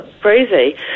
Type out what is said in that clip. crazy